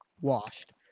washed